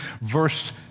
verse